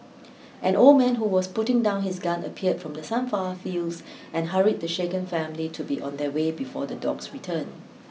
an old man who was putting down his gun appeared from the sunflower fields and hurried the shaken family to be on their way before the dogs return